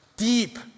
deep